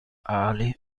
ali